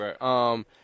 Right